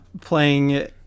playing